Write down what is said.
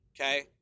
okay